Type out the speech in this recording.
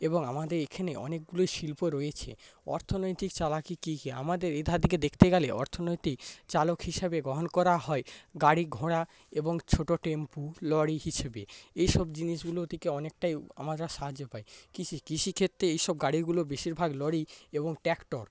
এবং আমাদের এখানে অনেকগুলো শিল্প রয়েছে অর্থনৈতিক চালাকি কি কি আমাদের এধার থেকে দেখতে গেলে অর্থনৈতিক চালক হিসেবে গ্রহণ করা হয় গাড়ি ঘোড়া এবং ছোটো টেম্পো লরি হিসেবে এসব জিনিসগুলো থেকে অনেকটাই আমরা সাহায্য পাই কৃষি কৃষিক্ষেত্রে এইসব গাড়িগুলো বেশিরভাগ লরি এবং ট্র্যাকটর